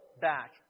back